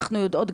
אנחנו יודעות,